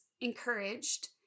encouraged